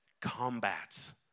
combats